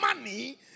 money